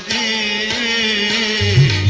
a